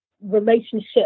relationship